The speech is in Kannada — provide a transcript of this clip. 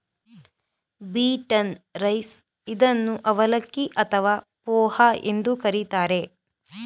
ಬೀಟನ್ನ್ ರೈಸ್ ಇದನ್ನು ಅವಲಕ್ಕಿ ಅಥವಾ ಪೋಹ ಎಂದು ಕರಿತಾರೆ